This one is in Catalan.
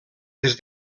des